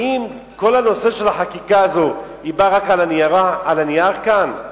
האם כל החקיקה בנושא הזה באה רק על הנייר כאן?